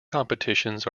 competitions